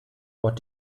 what